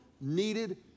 needed